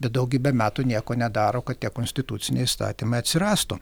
bet daugybę metų nieko nedaro kad tie konstituciniai įstatymai atsirastų